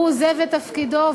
הוא עוזב את תפקידו,